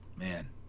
Man